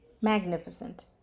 Magnificent